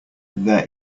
there